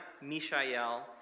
Mishael